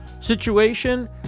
situation